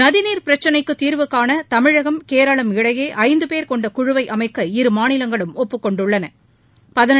நதிநீர் பிரச்சினைக்கு தீர்வுகாண தமிழகம் கேரளம் இடையே ஐந்து பேர் கொண்ட குழுவை அமைக்க இரு மாநிலங்களும் ஒப்புக்கொண்டுள்ளன